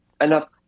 enough